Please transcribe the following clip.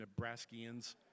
Nebraskians